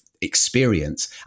experience